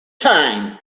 time